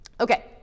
Okay